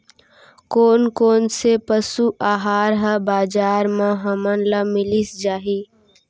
कोन कोन से पसु आहार ह बजार म हमन ल मिलिस जाही?